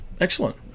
Excellent